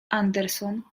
anderson